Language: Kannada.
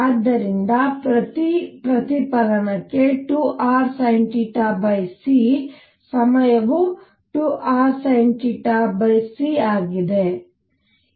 ಆದ್ದರಿಂದ ಪ್ರತಿ ಪ್ರತಿಫಲನಕ್ಕೆ 2rsinθc ಸಮಯವು 2rsinθc ಆಗಿದೆ